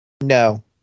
No